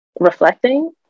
reflecting